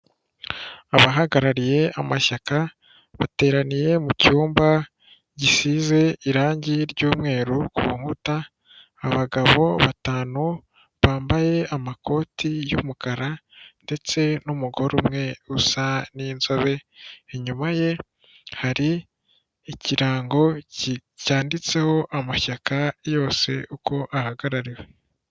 Abahagarariye amashyaka bateraniye mu cyumba gisize irangi ry'umweru ku nkuta, abagabo batanu bambaye amakoti y'umukara ndetse n'umugore umwe usa n'inzobe, inyuma ye hari ikirango cyanditseho amashyaka yose uko ahagarariwe.